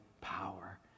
power